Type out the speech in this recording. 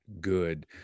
good